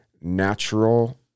natural